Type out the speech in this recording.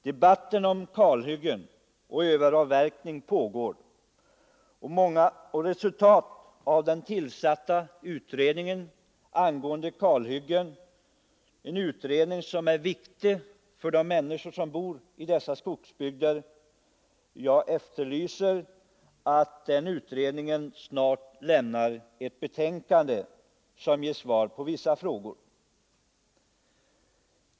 Debatten om kalhyggen och överavverkning pågår, och den tillsatta utredningen angående kalhyggen är viktig för de människor som bor i dessa skogsbygder. Jag förväntar att nämnda utredning relativt snart lämnar ett betänkande som ger svar på vissa frågeställningar.